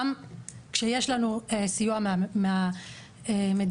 גם כשיש לנו סיוע מהמדינה.